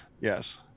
yes